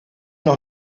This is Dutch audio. nog